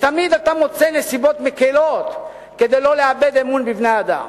ותמיד אתה מוצא נסיבות מקילות כדי שלא לאבד אמון בבני-אדם.